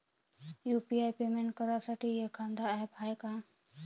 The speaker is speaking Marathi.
यू.पी.आय पेमेंट करासाठी एखांद ॲप हाय का?